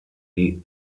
die